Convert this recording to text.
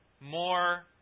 more